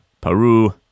Peru